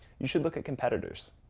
you should look at competitors.